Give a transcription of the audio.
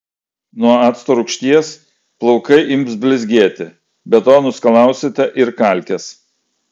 nuo acto rūgšties plaukai ims blizgėti be to nuskalausite ir kalkes